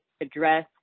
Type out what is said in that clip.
address